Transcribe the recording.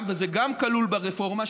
וזה גם כלול ברפורמה,